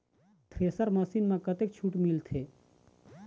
Thresher machine म कतक छूट मिलथे?